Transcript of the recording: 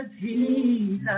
Jesus